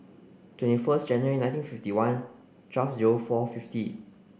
twenty first January nineteen fifty one twelve zero four fifty